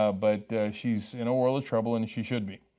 ah but she is in a world of trouble and she should be.